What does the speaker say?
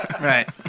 Right